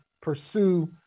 pursue